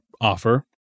offer